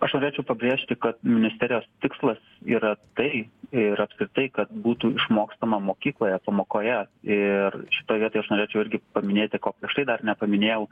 aš norėčiau pabrėžti kad ministerijos tikslas yra tai ir apskritai kad būtų išmokstama mokykloje pamokoje ir šitoj vietoj aš norėčiau irgi paminėti ko prieš tai dar nepaminėjau